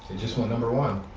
just went number one.